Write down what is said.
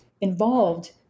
involved